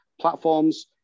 platforms